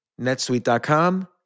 netsuite.com